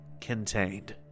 contained